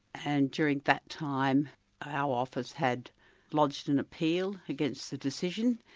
and during that time our office had lodged an appeal against the decision,